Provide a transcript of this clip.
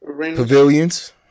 Pavilions